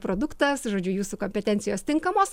produktas žodžiu jūsų kompetencijos tinkamos